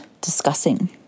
discussing